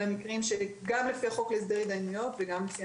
אלה מקרים שגם לפי החוק להסדר התדיינויות וגם לפי